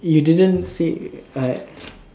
you didn't say I